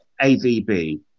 AVB